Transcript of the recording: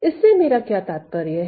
इससे मेरा क्या तात्पर्य है